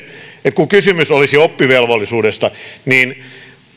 että kun kysymys olisi oppivelvollisuudesta niin